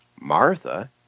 Martha